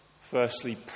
firstly